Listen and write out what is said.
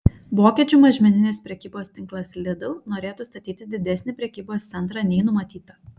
vokiečių mažmeninės prekybos tinklas lidl norėtų statyti didesnį prekybos centrą nei numatyta